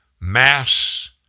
mass